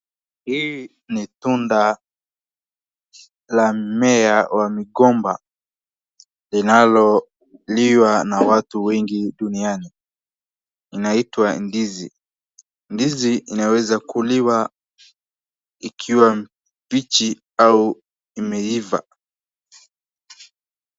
Hii ni tunda la mmea wa migomba linaloliwa na watu wengi duniani, inaitwa ndizi. Ndizi inaeza kuliwa ikiwa mbichi au imeiva.